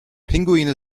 pinguine